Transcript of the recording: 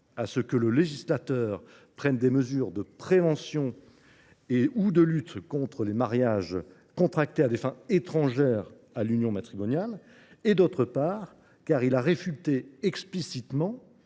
à ce que le législateur prenne des mesures de prévention ou de lutte contre les mariages contractés à des fins étrangères à l’union matrimoniale ». D’autre part, il a réfuté explicitement